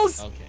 Okay